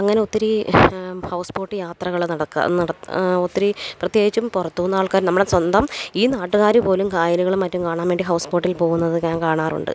അങ്ങനെ ഒത്തിരി house boat യാത്രകള് നടക്ക നടത്ത ഒത്തിരി പ്രത്യേകിച്ചും പുറത്തൂന്ന് ആള്ക്കാര് നമ്മുടെ സ്വന്തം ഈ നാട്ടുകാര് പോലും കായലുകളും മറ്റും കാണാൻ വേണ്ടി ഹൗസ് ബോട്ടിൽ പോകുന്നത് ഞാൻ കാണാറുണ്ട്